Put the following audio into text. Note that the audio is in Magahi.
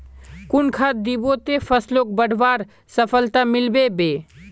कुन खाद दिबो ते फसलोक बढ़वार सफलता मिलबे बे?